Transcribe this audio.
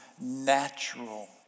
natural